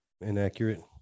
inaccurate